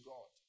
God